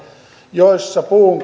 joissa puun